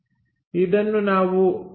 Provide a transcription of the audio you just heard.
ಇದನ್ನು ನಾವು b' ಎಂದು ಕರೆಯುತ್ತೇವೆ